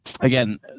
again